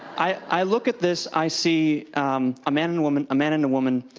i i look at this, i see um a man and woman a man and a woman,